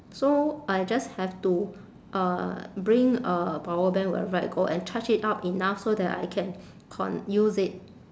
so I just have to uh bring a power bank wherever I go and charge it up enough so I can con~ use it